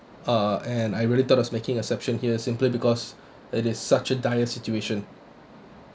uh and I really thought of making an exception here simply because it is such a dire situation